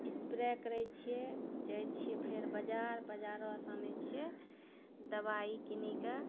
spray करै छिए जाइ छिए फेर बजार बजारऽसँ आनै छिए दवाइ कीनिके